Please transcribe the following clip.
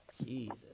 Jesus